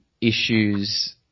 issues